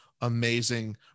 amazing